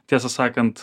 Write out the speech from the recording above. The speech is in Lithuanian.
tiesą sakant